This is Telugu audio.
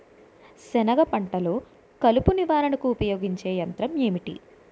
సెనగ పంటలో కలుపు నివారణకు ఉపయోగించే యంత్రం ఏంటి?